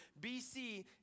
BC